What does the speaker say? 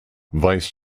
vice